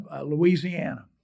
Louisiana